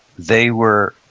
they were,